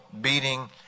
beating